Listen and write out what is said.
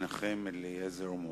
מנחם אליעזר מוזס,